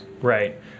right